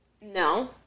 No